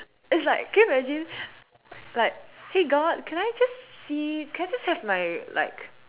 it's like can you imagine like hey god can I just see can I just have my like